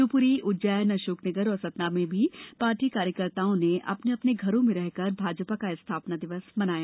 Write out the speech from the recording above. शिवप्री उज्जैन अशोकनगर और सतना में भी पार्टी कार्यकर्ताओं ने अपने अपने घरों पर रहकर भाजपा का स्थापना दिवस मनाया